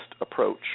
approach